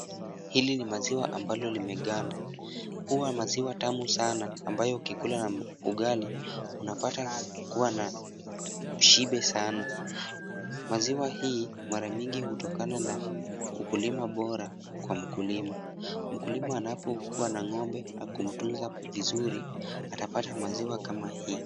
Hili ni maziwa ambalo limeganda, huwa maziwa tamu sana ambayo ukikula na ugali unapata kuwa na shibe sana, Maziwa hii mara mingi hutokana na ukulima bora kwa mkulima, mkulima anapokuwa na ngombe na kumtunza vizuri, atapata maziwa kama hii.